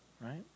right